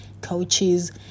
coaches